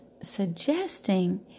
suggesting